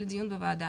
לדיון בוועדה.